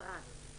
למשרד.